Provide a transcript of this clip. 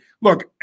Look